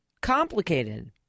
Complicated